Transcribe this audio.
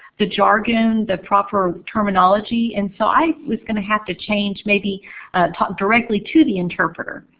the jargon, the proper terminology. and so i was going to have to change, maybe talk directly to the interpreter.